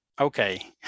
okay